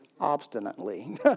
obstinately